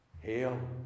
hail